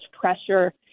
pressure